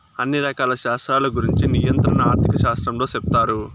అన్ని రకాల శాస్త్రాల గురుంచి నియంత్రణ ఆర్థిక శాస్త్రంలో సెప్తారు